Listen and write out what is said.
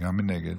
מי נגד?